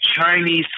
Chinese